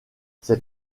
ses